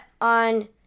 on